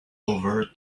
over